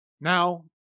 Now